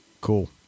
cool